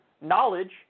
knowledge